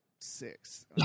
six